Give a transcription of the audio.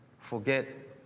Forget